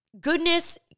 goodness